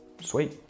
Sweet